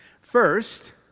First